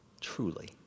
truly